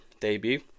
debut